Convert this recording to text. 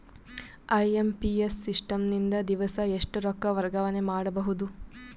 IMPS system ನಿಂದ ದಿವಸಾ ಎಷ್ಟ ರೊಕ್ಕ ವರ್ಗಾವಣೆ ಮಾಡಬಹುದು?